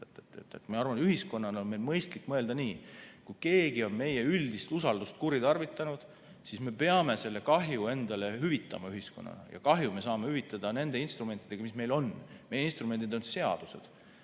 Ma arvan, et ühiskonnana on meil mõistlik mõelda nii: kui keegi on meie üldist usaldust kuritarvitanud, siis me peame selle kahju endale hüvitama ühiskonnana. Ja kahju me saame hüvitada nende instrumentidega, mis meil on. Meie instrumendid on seadused.